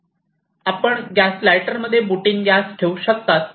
आपण gas lighter मध्ये butane gas ठेवू शकतात